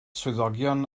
swyddogion